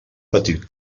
petit